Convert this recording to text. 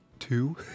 two